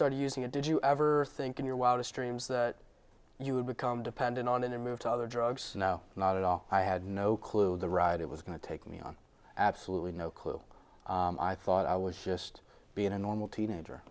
started using it did you ever think in your wildest dreams that you would become dependent on it and move to other drugs no not at all i had no clue the ride it was going to take me on absolutely no clue i thought i was just being a normal teenager